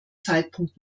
zeitpunkt